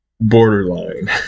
borderline